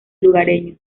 lugareños